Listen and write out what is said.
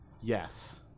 Yes